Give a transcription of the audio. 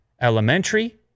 elementary